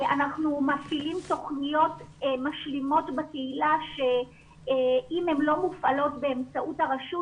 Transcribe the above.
אנחנו מפעילים תוכניות משלימות בקהילה שאם הן לא מופעלות באמצעות הרשות,